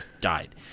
died